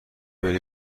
بری